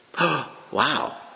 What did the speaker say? Wow